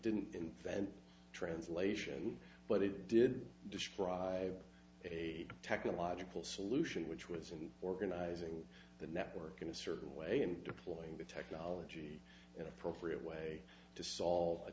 didn't invent translation but it did describe a technological solution which was in organizing the network in a certain way and deploying the technology an appropriate way to solve a